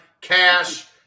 Cash